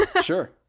Sure